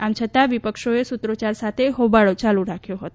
આમ છતાં વિપક્ષોએ સૂત્રોચ્યાર સાથે હોબાળો યાલુ રાખ્યો હતો